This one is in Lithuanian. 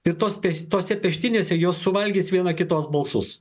kitos tik tose peštynėse jos suvalgys viena kitos balsus